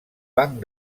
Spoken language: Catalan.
banc